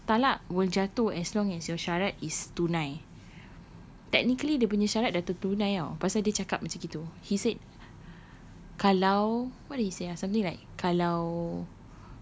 because talak will jatuh as long as your syarat is tunai technically dia punya syarat dah tertunai [tau] pasal dia cakap macam gitu he said kalau what did he say ah something like kalau